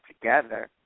together